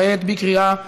כעת בקריאה שלישית.